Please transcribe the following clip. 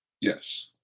Yes